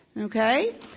Okay